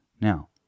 Now